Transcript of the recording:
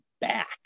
back